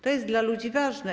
To jest dla ludzi ważne.